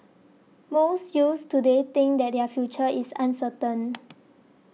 most youths today think that their future is uncertain